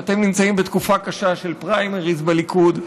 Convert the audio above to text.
שאתם נמצאים בתקופה קשה של פריימריז בליכוד,